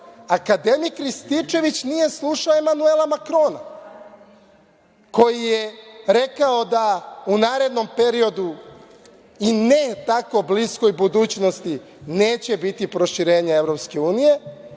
akademik Rističević nije slušao Emanuela Makrona koji je rekao da u narednom periodu i ne tako bliskoj budućnosti neće biti proširenja EU